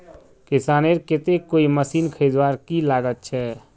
किसानेर केते कोई मशीन खरीदवार की लागत छे?